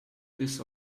this